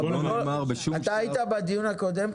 לא נאמר בשום שלב --- אתה היית בדיון הקודם,